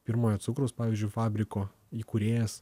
pirmojo cukraus pavyzdžiui fabriko įkūrėjas